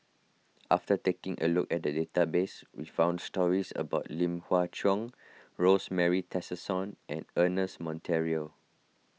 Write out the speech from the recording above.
after taking a look at the database we found stories about Lim Hua Cheng Rosemary Tessensohn and Ernest Monteiro